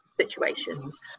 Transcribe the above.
situations